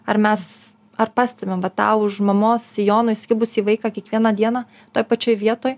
ar mes ar pastebim vat tą už mamos sijono įsikibusį vaiką kiekvieną dieną toj pačioj vietoj